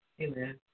Amen